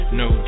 no